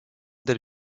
del